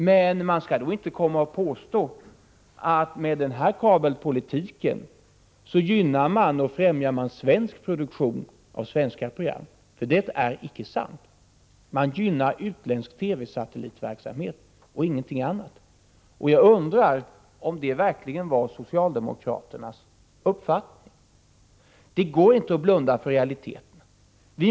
Men man skall då inte komma och påstå att man med den här kabelpolitiken gynnar och främjar svensk produktion av svenska program. Det är icke sant. Man gynnar utländsk TV-satellitverksamhet och inget annat. Jag undrar om detta verkligen var socialdemokraternas avsikt. Det går inte att blunda för realiteterna. Herr talman!